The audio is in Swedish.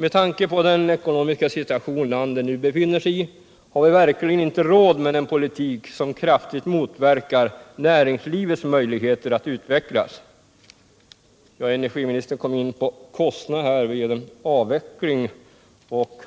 Med tanke på den ekonomiska situation landet nu befinner sig i har vi verkligen inte råd med en politik som kraftigt motverkar näringslivets möjligheter att utvecklas.” Energiministern kom in på kostnaderna vid en avveckling och